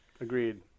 Agreed